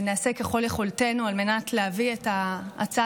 נעשה ככל יכולתנו על מנת להביא את הצעת